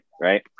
right